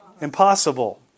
Impossible